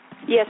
Yes